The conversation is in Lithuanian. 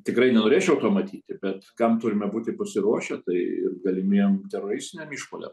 tikrai nenorėčiau to matyti bet kam turime būti pasiruošę tai ir galimiem teroristiniam išpuoliam